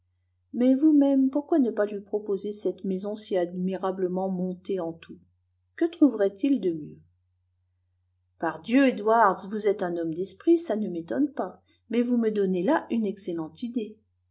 mais vous-même pourquoi ne pas lui proposer cette maison si admirablement montée en tout que trouverait-il de mieux pardieu edwards vous êtes un homme d'esprit ça ne m'étonne pas mais vous me donnez là une excellente idée